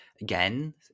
again